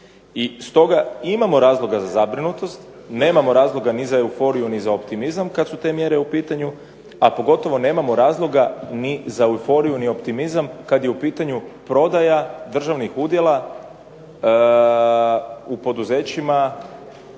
Stoga imamo razloga za zabrinutost, nemamo razloga niti za euforiju nit za optimizam kada su te mjere u pitanju, a pogotovo nemamo razloga za euforiju i optimizam kada je u pitanju prodaja državnih udjela u poduzećima